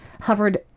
hovered